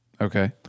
okay